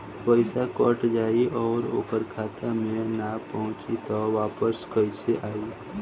पईसा कट जाई और ओकर खाता मे ना पहुंची त वापस कैसे आई?